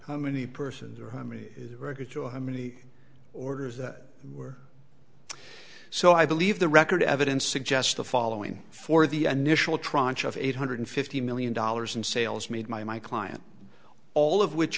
the many persons or how many records or how many orders were so i believe the record evidence suggests the following for the initial tranche of eight hundred fifty million dollars in sales made my my client all of which